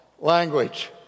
language